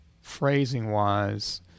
phrasing-wise